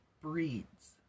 breeds